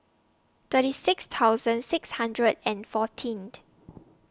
thirty six thousand six hundred and fourteen